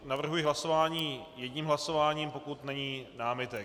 Navrhuji hlasování jedním hlasováním, pokud není námitek.